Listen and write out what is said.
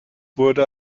wurde